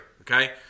okay